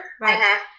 right